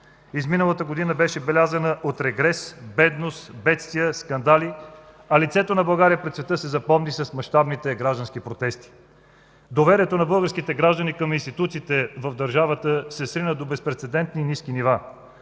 Изминалата година беше белязана от регрес, бедност, бедствия, скандали, а лицето на България пред света се запомни с мащабните граждански протести. Доверието на българските граждани към институциите в държавата се срина до безпрецедентно ниски нива.